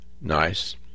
nice